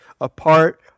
apart